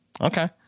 Okay